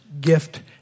gift